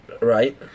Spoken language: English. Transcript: Right